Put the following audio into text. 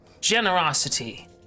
generosity